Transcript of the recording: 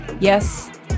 Yes